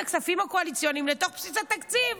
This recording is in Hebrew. הכספים הקואליציוניים לתוך בסיס התקציב.